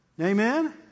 Amen